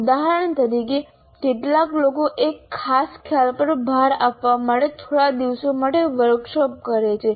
ઉદાહરણ તરીકે કેટલાક લોકો એક ખાસ ખ્યાલ પર ભાર આપવા માટે થોડા દિવસો માટે વર્કશોપ કરે છે